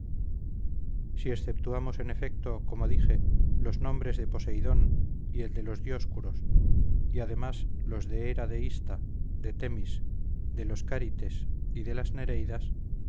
si exceptuamos en efecto como dije los nombres de posideon y el de los dioscuros y además los de hera de hista de temis de las chárites y de las nereidas